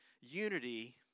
Unity